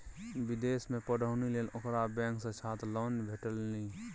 विदेशमे पढ़ौनी लेल ओकरा बैंक सँ छात्र लोन भेटलनि